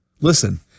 Listen